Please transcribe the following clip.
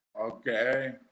Okay